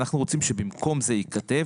אנחנו רוצים שבמקום זה ייכתב: